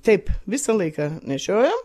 taip visą laiką nešiojom